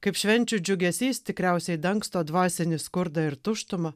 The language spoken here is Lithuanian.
kaip švenčių džiugesys tikriausiai dangsto dvasinį skurdą ir tuštumą